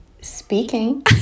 Speaking